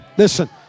Listen